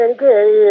Okay